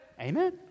Amen